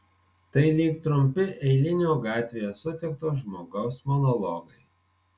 tai lyg trumpi eilinio gatvėje sutikto žmogaus monologai